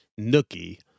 Nookie